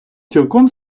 цілком